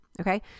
okay